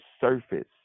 surface